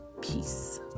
Peace